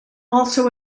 also